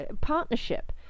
partnership